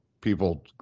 people –